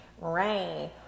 rain